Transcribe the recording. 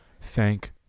Thank